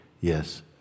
yes